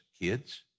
kids